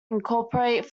incorporate